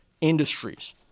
industries